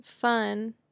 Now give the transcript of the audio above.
fun